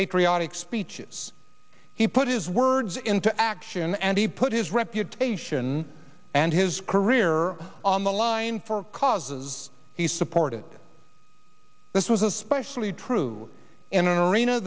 patriotic speeches he put his words into action and he put his reputation and his career on the line for causes he supported this was especially true in an arena